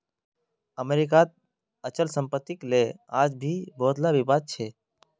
अमरीकात अचल सम्पत्तिक ले आज भी बहुतला विवाद छ